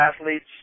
athletes